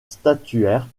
statuaire